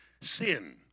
sin